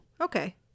Okay